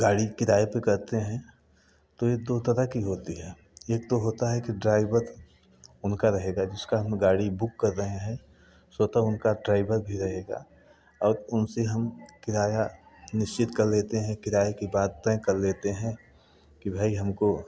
गाड़ी किराए पे करते हैं तो ये दो तरह कि होती है एक तो होता है कि ड्रायभर उनका रहेगा जिसका हम गाड़ी बूक कर रहे हैं स्वतः उनका ट्रायभर भी रहेगा और उनसे हम किराया निश्चित कर लेते हैं किराए कि बात तय कर लेते हैं कि भाई हमको